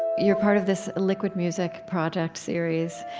you are part of this liquid music project, series,